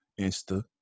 Insta